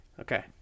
Okay